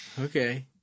Okay